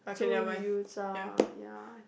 猪油渣 ya